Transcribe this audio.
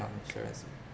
on insurance